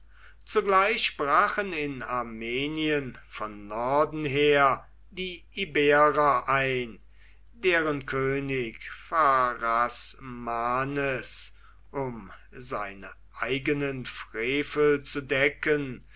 zugleich brachen in armenien von norden her die iberer ein deren könig pharasmanes um seine eigenen frevel zu bedecken